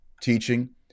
teaching